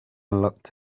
looked